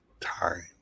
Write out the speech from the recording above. time